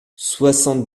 soixante